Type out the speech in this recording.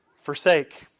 forsake